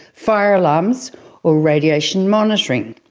fire alarms or radiation monitoring.